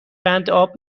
قنداب